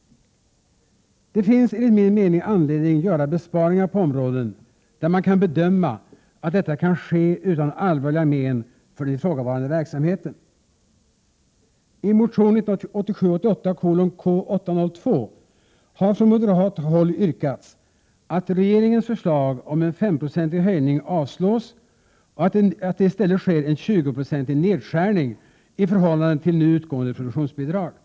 Det finns enligt min mening anledning att göra besparingar på områden där man kan bedöma att detta kan ske utan allvarliga men för verksamheten i fråga. I motion 1987/88:K802 har från moderat håll yrkats att regeringens förslag om en S5-procentig höjning avslås och att det i stället görs en 20-procentig nedskärning i förhållande till nu utgående produktionsbidrag. Prot.